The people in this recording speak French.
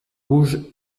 rouges